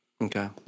Okay